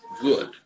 good